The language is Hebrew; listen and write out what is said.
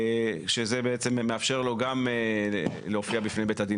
זה מאפשר לו גם להופיע בפני בית הדין